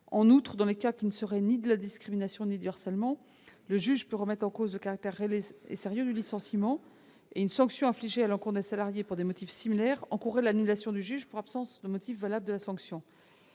En outre, dans les cas qui ne relèveraient ni de la discrimination ni du harcèlement, le juge peut remettre en cause le caractère réel et sérieux du licenciement. Une sanction infligée à un salarié pour des motifs similaires encourrait l'annulation par le juge pour absence de motif valable de la sanction.